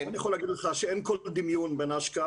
אני יכול להגיד לך שאין כל דמיון בין ההשקעה